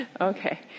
Okay